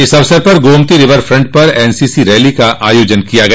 इस अवसर पर गोमती रिवर फ्रंट पर एनसीसी रैली का आयोजन किया गया